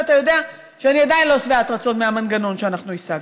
ואתה יודע שאני עדיין לא שבעת רצון מהמנגנון שהשגנו,